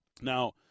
Now